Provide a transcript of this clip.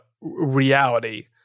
reality